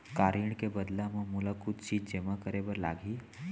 का ऋण के बदला म मोला कुछ चीज जेमा करे बर लागही?